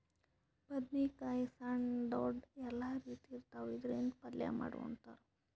ಬದ್ನೇಕಾಯಿ ಸಣ್ಣು ದೊಡ್ದು ಎಲ್ಲಾ ರೀತಿ ಇರ್ತಾವ್, ಇದ್ರಿಂದ್ ಪಲ್ಯ ಮಾಡಿ ಉಣ್ತಾರ್